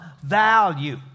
value